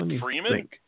Freeman